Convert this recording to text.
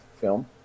film